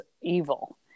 evil